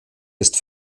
ist